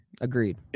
Agreed